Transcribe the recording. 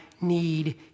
need